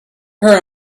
her